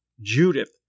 Judith